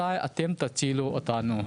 מתי אתם תצילו אותנו.